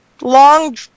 long